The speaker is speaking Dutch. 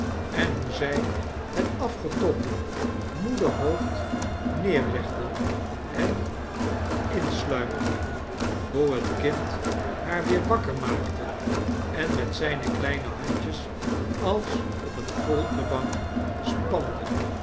en hoe zij het afgetobde moede hoofd neerlegde en insluimerde hoe het kind haar weer wakker maakte en met zijne kleine handjes als op een foltexbank spande